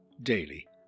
daily